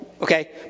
okay